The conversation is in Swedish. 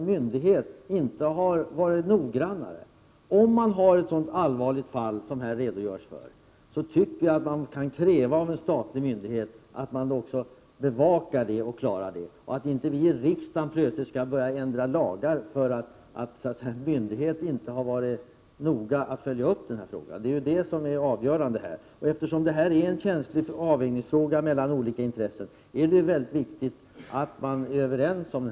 Om det rör sig om ett så allvarligt fall som det som det här är fråga om, tycker jag att man kan kräva av en statlig myndighet att fallet bevakas, så att det kan klaras av. Vi i riksdagen skall inte behöva ändra lagar bara därför att en myndighet inte har varit noga med att följa upp saken. Det är ju det som är det avgörande i det här fallet. Eftersom det är fråga om en känslig avvägning mellan olika intressen är det mycket viktigt att vara överens.